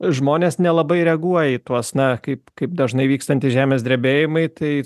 žmonės nelabai reaguoja į tuos na kaip kaip dažnai vykstantys žemės drebėjimai tai